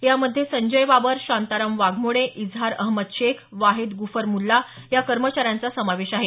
यामध्ये संजय बाबर शांताराम वाघमोडे इजहार अहमद शेख वाहेद गफुर मुल्ला या कर्मचाऱ्यांचा समावेश आहे